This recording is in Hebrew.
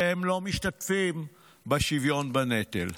אתם לא משתתפים בשוויון בנטל.